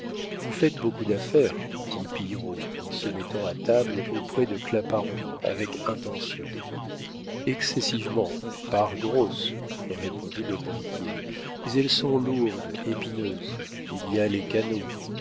vous faites beaucoup d'affaires dit pillerault en se mettant à table auprès de claparon avec intention excessivement par grosses répondit le banquier mais elles sont lourdes épineuses il y a les canaux